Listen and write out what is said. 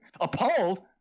Appalled